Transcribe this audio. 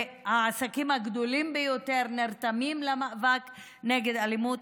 והעסקים הגדולים ביותר, נרתמים למאבק נגד אלימות.